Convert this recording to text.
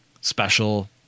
special